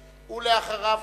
אחריו,